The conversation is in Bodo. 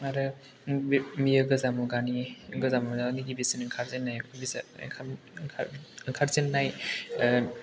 आरो बेयो गोजाम मुगानि गोजाम मुगानि गिबिसिन ओंखारजेननाय बिजाब ओंखारजेननाय